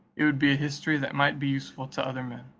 it would be a history that might be useful to other men.